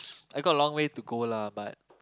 I got a long way to go lah but